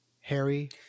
Harry